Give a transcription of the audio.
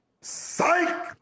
Psych